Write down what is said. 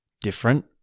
different